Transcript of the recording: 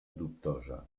dubtosa